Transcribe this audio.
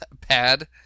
pad